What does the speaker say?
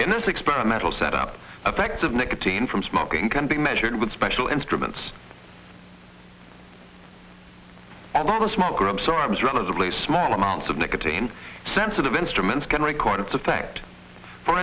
and this experimental set up effect of nicotine from smoking can be measured with special instruments added a small groups arms relatively small amounts of nicotine sensitive instruments can record its effect for